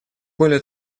более